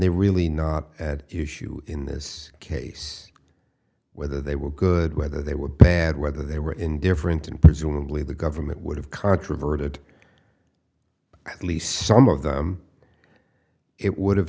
they're really not at issue in this case whether they were good whether they were bad whether they were indifferent and presumably the government would have controverted at least some of them it would have